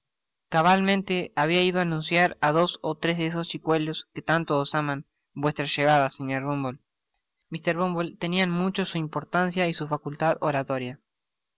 cabalmente habia ido á anunciar á dos ó tres de esos chicuelos que tanto os aman vuestra llegada señor bumble mr bumble tenia en mucho su importancia y sus facultades oratorias